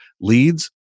leads